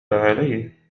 عليه